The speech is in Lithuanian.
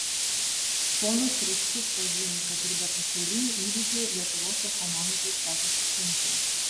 ponas rudzkis pažymi kad ir be pasaulinių įvykių lietuvos ekonomikai sekasi sunkiai